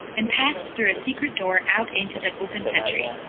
and passed through a secret door, out into the open country.